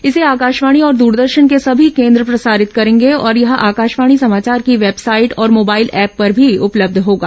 इसे आकाशवाणी और दरदर्शन के सभी केंद्र प्रसारित करेंगे और यह आकाशवाणी समाचार की वेबसाइट और मोबाइल ऐप पर भी उपलब्ध होगा